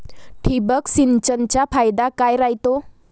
ठिबक सिंचनचा फायदा काय राह्यतो?